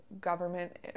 government